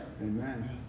Amen